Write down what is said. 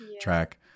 track